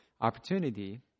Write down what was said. opportunity